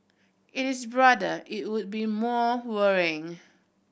it is broader it would be more worrying